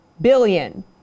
billion